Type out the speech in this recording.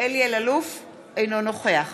אינו נוכח